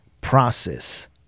process